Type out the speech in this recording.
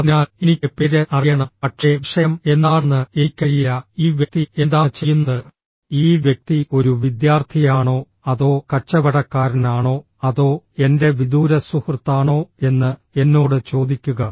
അതിനാൽ എനിക്ക് പേര് അറിയണം പക്ഷേ വിഷയം എന്താണെന്ന് എനിക്കറിയില്ല ഈ വ്യക്തി എന്താണ് ചെയ്യുന്നത് ഈ വ്യക്തി ഒരു വിദ്യാർത്ഥിയാണോ അതോ കച്ചവടക്കാരനാണോ അതോ എൻ്റെ വിദൂരസുഹൃത്താണോ എന്ന് എന്നോട് ചോദിക്കുക